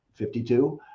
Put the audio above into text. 52